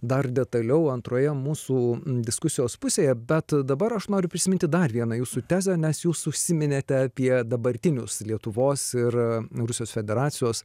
dar detaliau antroje mūsų diskusijos pusėje bet dabar aš noriu prisiminti dar vieną jūsų tezę nes jūs užsiminėte apie dabartinius lietuvos ir rusijos federacijos